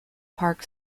park